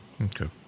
okay